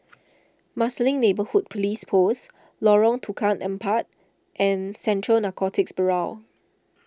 Marsiling Neighbourhood Police Post Lorong Tukang Empat and Central Narcotics Bureau